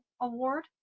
award